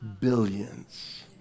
billions